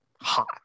hot